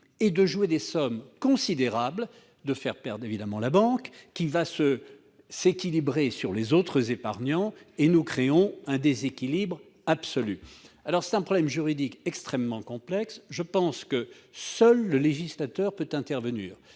et de jouer des sommes considérables, de faire perdre la banque, laquelle va s'équilibrer sur les autres épargnants, créant ainsi un déséquilibre absolu. C'est un problème juridique extrêmement complexe. Je pense que seul le législateur peut intervenir,